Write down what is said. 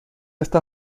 está